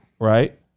right